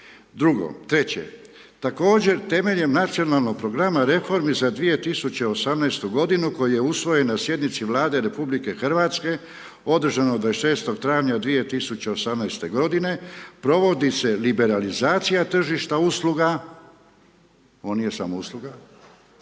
Drugo, treće, također temeljem Nacionalnog programa reformi za 2018. koji je usvojen na sjednici Vlade RH održano 26. travnja od 2018. godine provodi se liberalizacija tržišta usluga, on nije samo usluga,